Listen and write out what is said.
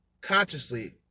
consciously